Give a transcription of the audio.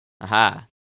Aha